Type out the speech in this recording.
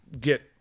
get